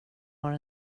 har